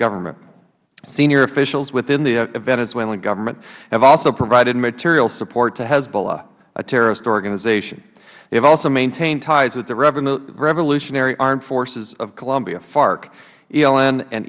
government senior officials within the venezuelan government have also provided material support to hezbollah a terrorist organization they have also maintained ties with the revolutionary armed forces of colombia farc eln and